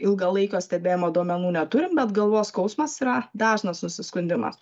ilgalaikio stebėjimo duomenų neturim bet galvos skausmas yra dažnas nusiskundimas